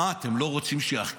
מה, אתם לא רוצים שיחקרו?